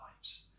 lives